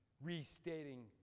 restating